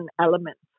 elements